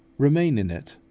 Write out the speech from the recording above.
remain in it.